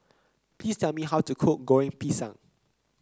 please tell me how to cook Goreng Pisang